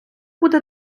буде